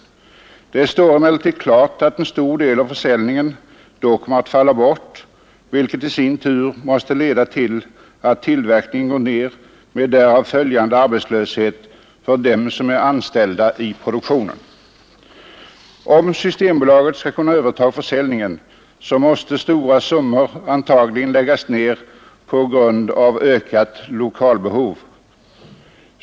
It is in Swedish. Det står emellertid klart att en stor del av försäljningen då kommer att falla bort, vilket i sin tur leder till att tillverkningen går ned med därav följande arbetslöshet för dem som är anställda i produktionen. Om systembolaget skall kunna överta försäljnirgen, måste stora summor läggas ned på grund av ökat lokalbehov.